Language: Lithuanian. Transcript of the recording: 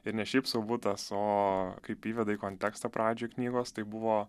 ir ne šiaip sau butas o kaip įveda į kontekstą pradžioj knygos tai buvo